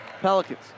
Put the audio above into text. Pelicans